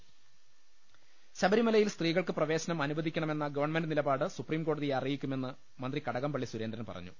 ലലലലലലലലലലലലല ശബ രി മ ല യിൽ സ്ത്രീകൾക്ക് പ്രവേശനം അനുവദിക്കണമെന്ന ഗവൺമെന്റ് നിലപാട് സുപ്രീം കോടതിയെ അറിയിക്കുമെന്ന് മന്ത്രി കടകംപളളി സുരേന്ദ്രൻ പറഞ്ഞു